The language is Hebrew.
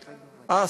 אה,